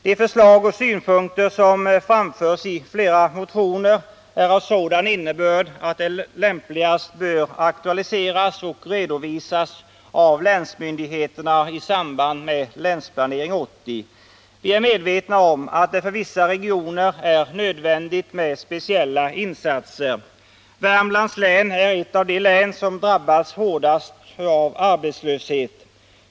De förslag och synpunkter som framförts i flera motioner är av sådan innebörd att de lämpligast bör aktualiseras och redovisas av länsmyndigheterna i samband med Länsplanering 80. Vi är medvetna om att det för vissa regioner är nödvändigt med speciella insatser. Värmlands län är ett av de län som drabbats hårdast av arbetslöshet.